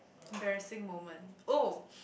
embarrassing moment oh